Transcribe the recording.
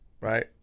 Right